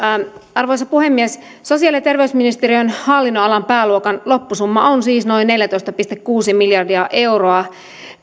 arvoisa puhemies sosiaali ja terveysministeriön hallinnonalan pääluokan loppusumma on siis noin neljätoista pilkku kuusi miljardia euroa